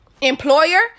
employer